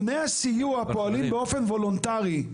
ארגוני הסיוע פועלים באופן וולונטרי.